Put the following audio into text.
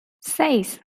seis